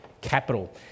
capital